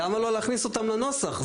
למה לא להכניס אותם לנוסח?